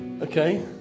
okay